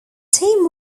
team